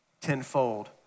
tenfold